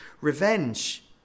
revenge